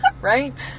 Right